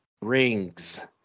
Rings